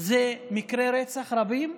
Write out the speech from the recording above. זה מקרי רצח רבים,